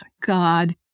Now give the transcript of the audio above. God